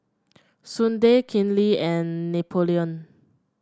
Sudie Kenley and Napoleon